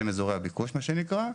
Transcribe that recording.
שהם אזורי הביקוש מה שנקרא.